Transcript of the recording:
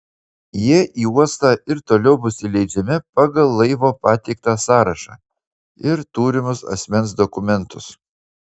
jie į uostą ir toliau bus įleidžiami pagal laivo pateiktą sąrašą ir turimus asmens dokumentus